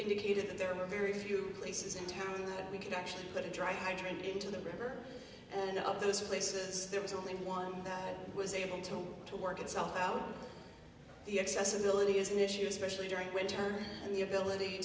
indicated that there were very few places in town that we could actually put a dry hydrant into the river and of those places there was only one that was able to to work itself out the accessibility is an issue especially during winter and the ability